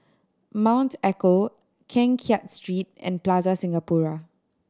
Mount Echo Keng Kiat Street and Plaza Singapura